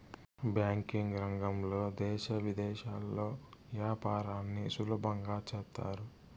banking రంగంలో దేశ విదేశాల్లో యాపారాన్ని సులభంగా చేత్తారు